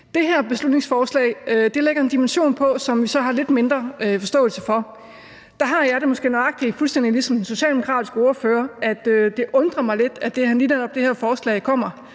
det her beslutningsforslag lægger en dimension på, som vi så har lidt mindre forståelse for. Der har jeg det måske nøjagtig ligesom den socialdemokratiske ordfører sådan, at det undrer mig lidt, at lige netop det her forslag kommer